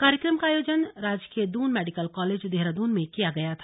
कार्यक्रम का आयोजन राजकीय दून मेडिकल कॉलेज देहरादून में किया गया था